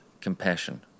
compassion